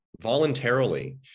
voluntarily